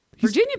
Virginia